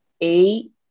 Eight